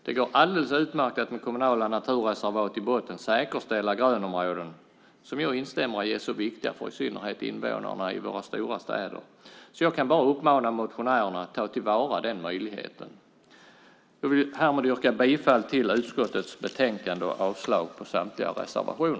Det går alldeles utmärkt att med kommunala naturreservat i botten säkerställa grönområden, som jag instämmer i är så viktiga för i synnerhet invånarna i våra större städer. Jag kan bara uppmana motionärerna att ta till vara den möjligheten. Jag vill härmed yrka bifall till utskottets förslag i betänkandet och avslag på samtliga reservationer.